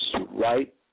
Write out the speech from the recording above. right